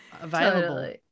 available